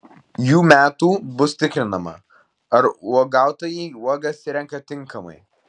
jų metų bus tikrinama ar uogautojai uogas renka tinkamai